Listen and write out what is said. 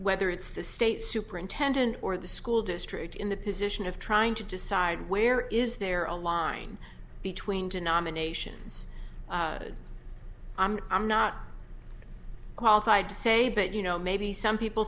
whether it's the state superintendent or the school district in the position of trying to decide where is there a line between to nominations i'm not qualified to say but you know maybe some people